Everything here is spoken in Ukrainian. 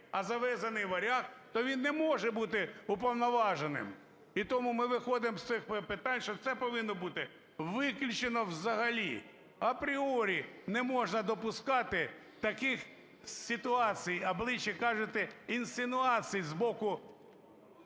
а завезений варяг, то він не може бути уповноваженим. І тому ми виходимо з цих питань, що це повинно бути виключено взагалі, апріорі не можна допускати таких ситуацій, а ближче кажете, інсинуацій з боку…